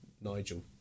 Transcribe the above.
Nigel